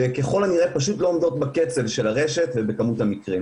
שככל הנראה פשוט לא עומדות בקצב של הרשת ובכמות המקרים.